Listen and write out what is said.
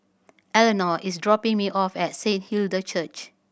Eleonore is dropping me off at Saint Hilda Church